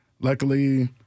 luckily